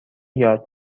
یاد